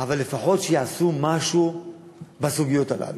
שלפחות יעשו משהו בסוגיות האלה.